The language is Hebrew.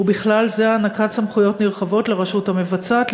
ובכלל זה הענקת סמכויות נרחבות לרשות המבצעת,